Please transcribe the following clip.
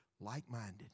Like-minded